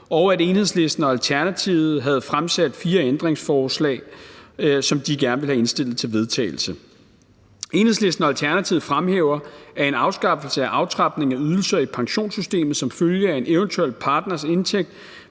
og at Enhedslisten og Alternativet har stillet fire ændringsforslag, som de har indstillet til vedtagelse. Enhedslisten og Alternativet fremhæver, at en afskaffelse af aftrapningen af ydelser i pensionssystemet som følge af en eventuel partners indtægt